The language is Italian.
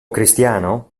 cristiano